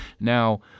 now